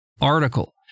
article